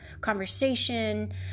conversation